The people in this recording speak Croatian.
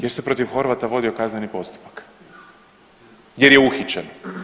Jer se protiv Horvata vodio kazneni postupak jer je uhićen.